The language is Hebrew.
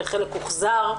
וחלק הוחזר,